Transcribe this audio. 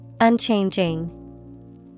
Unchanging